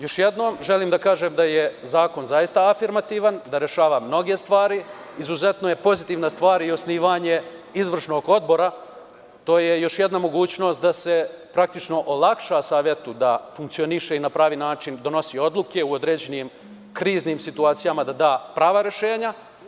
Još jednom želim da kažem da je zakon zaista afirmativan, da rešava mnoge stvari, izuzetno je pozitivna stvar i osnivanje izvršnog odbora, to je još jedna mogućnost da se olakša Savetu da funkcioniše i na pravi način donosi odluke u određenim kriznim situacijama da da prava rešenja.